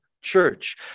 church